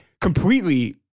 completely